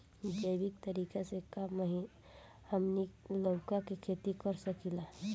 जैविक तरीका से का हमनी लउका के खेती कर सकीला?